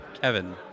Kevin